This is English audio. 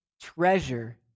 treasure